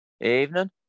Evening